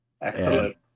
Excellent